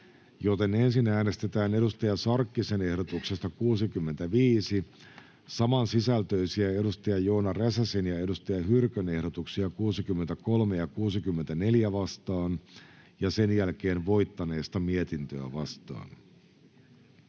joten ensin äänestetään Hanna Sarkkisen ehdotuksesta 65 samansisältöisiä Joona Räsäsen ja Saara Hyrkön ehdotuksia 63 ja 64 vastaan ja sen jälkeen voittaneesta mietintöä vastaan.